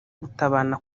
gutabarana